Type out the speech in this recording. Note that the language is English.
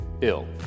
ill